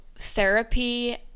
therapy